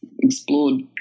explored